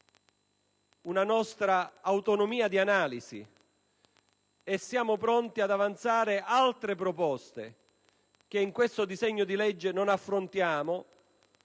una nostra autonomia di analisi e siamo pronti ad avanzare altre proposte, che in questo disegno di legge non affrontiamo,